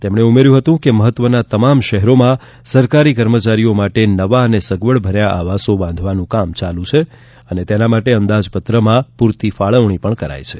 તેમણે ઉમેર્યું હતું કે મહત્વના તમામ શહેરોમાં સરકારી કર્મચારીઓ માટે નવા અને સગવડભર્યા આવાસ બાંધવાનું કામ ચાલુ છે અને તેના માટે અંદાજપત્રમાં પૂરતી ફાળવણી પણ કરાય છે